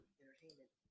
entertainment